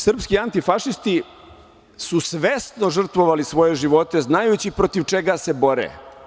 Srpski antifašisti su svesno žrtvovali svoje živote znajući protiv čega se bore.